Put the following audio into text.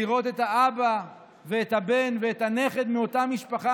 לראות את האבא ואת הבן ואת הנכד מאותה משפחה